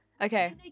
Okay